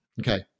Okay